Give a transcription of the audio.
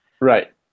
Right